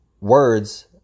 words